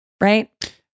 right